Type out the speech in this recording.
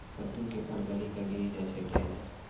कददु के फल गली कऽ गिरी जाय छै कैने?